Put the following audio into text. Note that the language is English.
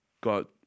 got